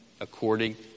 according